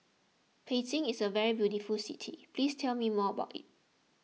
Beijing is a very beautiful city please tell me more about it